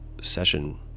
session